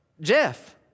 Jeff